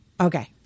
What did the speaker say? Okay